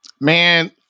Man